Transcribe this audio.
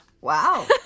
Wow